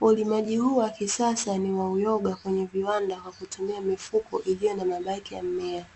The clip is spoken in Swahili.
Ulimaji huu wa kisasa ni wa uyoga kwenye viwanda kwa kutumia mifuko iliyo na mabaki ya mmea.